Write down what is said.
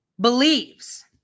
believes